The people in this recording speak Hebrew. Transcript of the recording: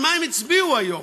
על מה הם הצביעו היום?